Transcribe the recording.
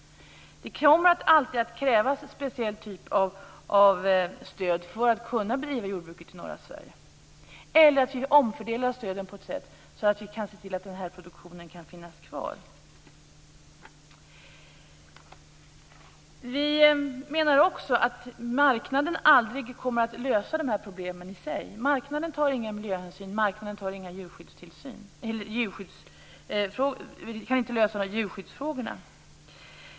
Det kommer alltid att krävas en speciell typ av stöd för att man skall kunna bedriva jordbruket i norra Sverige eller att stöden omfördelas på ett sådant sätt att vi kan se till att den här produktionen finns kvar. Vi menar också att marknaden aldrig kommer att lösa de här problemen i sig. Marknaden tar inga miljöhänsyn. Marknaden kan inte lösa djurskyddsfrågorna.